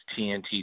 TNT